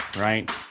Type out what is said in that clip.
right